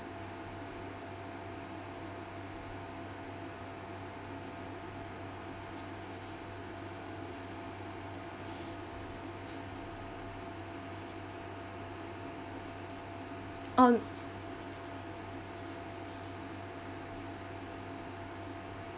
on